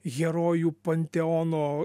herojų panteono